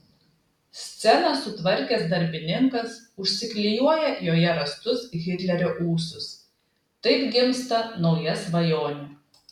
sceną sutvarkęs darbininkas užsiklijuoja joje rastus hitlerio ūsus taip gimsta nauja svajonė